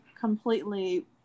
completely